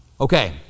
okay